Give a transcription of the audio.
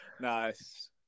Nice